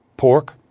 Pork